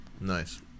Nice